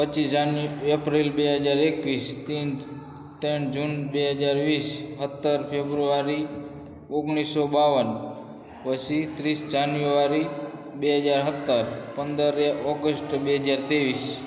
પચીસ જાન્યુ એપ્રિલ બે હજાર એકવીસ તીન ત્રણ જૂન બે હજાર વીસ સત્તર ફેબ્રુઆરી ઓગણીસ સો બાવન પછી ત્રીસ જાન્યુઆરી બે હજાર સત્તર પંદર ઓગસ્ટ બે હજાર ત્રેવીસ